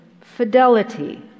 fidelity